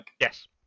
Yes